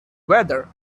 whether